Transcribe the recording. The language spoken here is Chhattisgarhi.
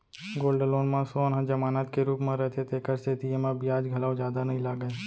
गोल्ड लोन म सोन ह जमानत के रूप म रथे तेकर सेती एमा बियाज घलौ जादा नइ लागय